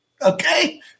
Okay